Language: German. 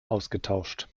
ausgetauscht